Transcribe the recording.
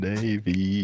Navy